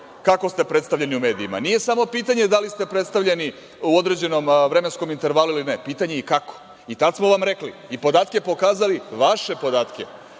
kako ste predstavljeni u medijima. Nije samo pitanje da li ste predstavljeni u određenom vremenskom intervalu ili ne, pitanje je i kako. I tad smo vam rekli i podatke pokazali, vaše podatke.